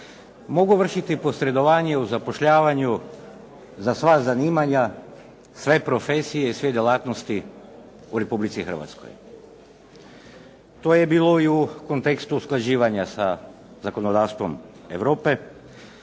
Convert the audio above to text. mogu vršiti posredovanje u zapošljavanju, za sva zanimanja, sve profesije i sve djelatnosti u Republici Hrvatskoj. To je bilo i u kontekstu usklađivanja sa zakonodavstvom Europe,